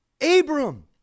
Abram